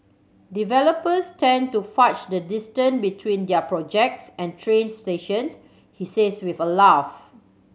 developers tend to fudge the distant between their projects and train stations he says with a laugh